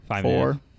four